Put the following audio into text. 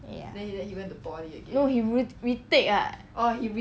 ya no he re~ retake [what]